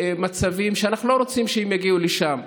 למצבים שאנחנו לא רוצים שהם יגיעו לשם?